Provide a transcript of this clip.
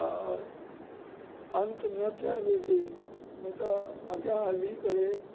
अंत न थियण घुरिजे न त अॻियां हली करे